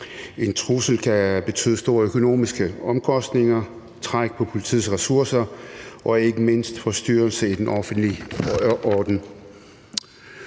En trussel kan betyde store økonomiske omkostninger, trække på politiets ressourcer og ikke mindst forstyrre den offentlige orden.